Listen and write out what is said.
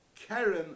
karen